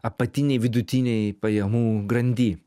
apatinėj vidutinėj pajamų grandy